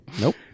Nope